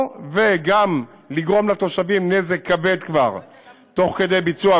וגם לגרום לתושבים נזק כבד תוך כדי ביצוע,